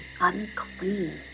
unclean